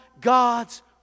God's